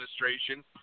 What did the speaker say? administration